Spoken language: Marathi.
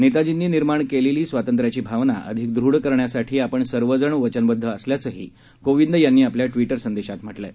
नेताजींनी निर्माण केलेली स्वातंत्र्याची भावना अधिक दूढ करण्यासाठी आपण सर्वजण वचनबद्ध असल्याचंही कोविंद यांनी आपल्या ट्विटर संदेशात म्हटलं आहे